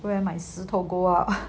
wear my 石头 go out